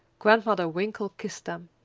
grandmother winkle kissed them.